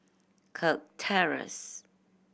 Kirk Terrace